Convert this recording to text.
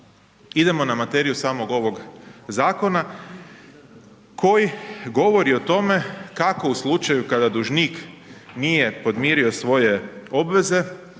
idemo na materiju samog ovog zakona koji govori o tome kako u slučaju kada dužnik nije podmirio svoje obveze,